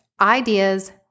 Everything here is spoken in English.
ideas